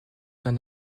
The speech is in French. d’un